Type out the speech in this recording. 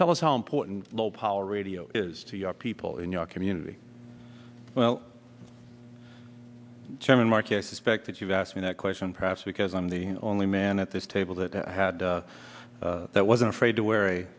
tell us how important low power radio is to your people in your community well german market i suspect that you've asked me that question perhaps because i'm the only man at this table that i had that wasn't afraid to wear a